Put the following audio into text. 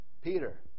Peter